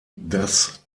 das